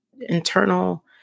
internal